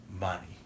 money